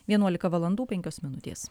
vienuolika valandų penkios minutės